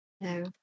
No